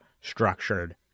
structured